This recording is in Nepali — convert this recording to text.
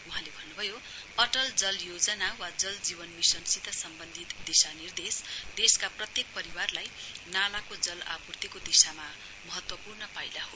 वहाँले भन्नुभयो अटल जल योजना वा जल जीवन मिशनसित सम्बन्धित दिशानिर्देश देशका प्रत्येक परिवारलाई नालाको जल आपूर्तिको दिशामा महत्तवपूर्ण पाइला हो